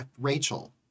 Rachel